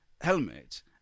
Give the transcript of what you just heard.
helmet